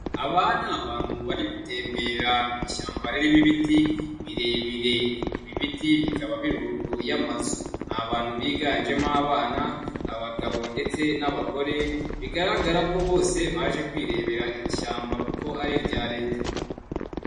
Aba ni abantu bari gutemmbere mu ishyamba ririmo ibiti birebire, ibi biti bikaba biri ruguru ni abantu biganjemo abana, abagabo ndetse n'abagore, bigaragara ko bose baje kwirebera iri shyamba kuko ari irya Leta.